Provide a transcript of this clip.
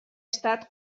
estat